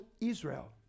Israel